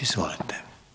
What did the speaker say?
Izvolite.